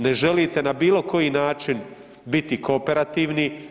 Ne želite na bilo koji način biti kooperativni.